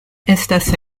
estas